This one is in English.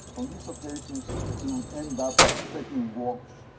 on these occasions we would end up taking walks,